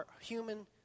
human